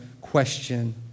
question